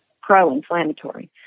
pro-inflammatory